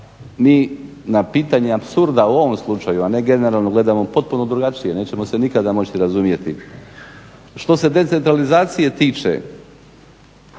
ni na pitanje apsurda u ovom slučaju, a ne generalno gledamo potpuno drugačije, nećemo se nikada moći razumjeti. Što se decentralizacije tiče